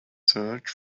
search